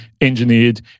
engineered